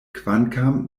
kvankam